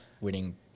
winning